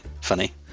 funny